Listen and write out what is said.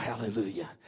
Hallelujah